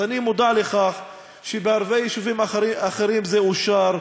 אני מודע לכך שבהרבה יישובים אחרים זה אושר,